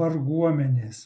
varguomenės